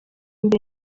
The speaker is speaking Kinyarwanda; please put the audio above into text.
mbere